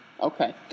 Okay